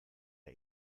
der